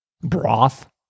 broth